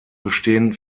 bestehen